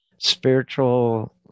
spiritual